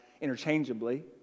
interchangeably